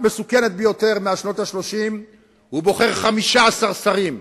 המסוכנת ביותר מאז שנות ה-30 והוא בוחר 15 שרים.